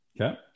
Okay